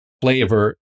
flavor